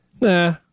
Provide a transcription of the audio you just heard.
Nah